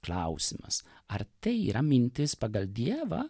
klausimas ar tai yra mintis pagal dievą